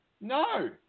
No